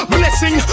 Blessing